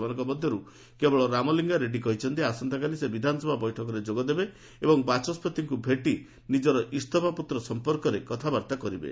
ସେମାନଙ୍କ ମଧ୍ୟରୁ କେବଳ ରାମଲିଙ୍ଗା ରେଡ଼ୁୀ କହିଛନ୍ତି ଆସନ୍ତାକାଲି ସେ ବିଧାନସଭା ବୈଠକରେ ଯୋଗ ଦେବେ ଏବଂ ବାଚସ୍କତିଙ୍କୁ ଭେଟି ନିକର ଇସଫା ପତ୍ର ସମ୍ପର୍କରେ କଥାବାର୍ଭା କରିବେ